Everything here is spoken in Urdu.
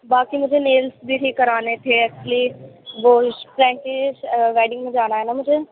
باقی مجھے نیلس بھی ٹھیک کرانے تھے پلیز گولڈ فرینکج ویڈنگ میں جانا ہے نا مجھے